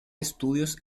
estudios